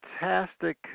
fantastic